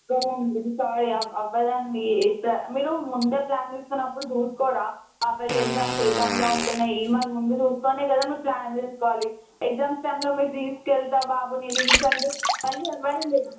అవ్వదండి ఈసారి అవ్వ అవ్వదండి ఇట్లా మీరు ముందే ప్లాన్ చేసుకున్నప్పుడు చూసుకోరా హాఫ్ ఎర్లీ ఎగ్జామ్స్ ఏ టైంలో ఉంటున్నాయి ఏ మంత్ ముందు చూసుకునే కదా మీరు ప్లాన్ చేసుకోవాలి ఎగ్జామ్స్ టైంలో మీరు తీసుకు వెళ్తా బాబుని లీవ్స్ అంటే మళ్ళీ ఇవ్వరండి